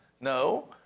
No